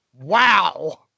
Wow